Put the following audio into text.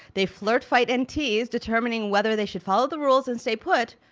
they flirt, fight, and tease, determining whether they should follow the rules and stay put,